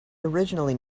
originally